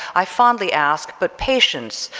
i fondly asked, but patience,